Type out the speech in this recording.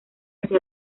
hacia